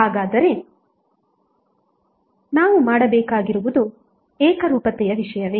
ಹಾಗಾದರೆ ನಾವು ಮಾಡಬೇಕಾಗಿರುವುದು ಏಕರೂಪತೆಯ ವಿಷಯವೇ